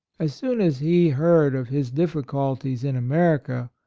as soon as he heard of his difficulties in america,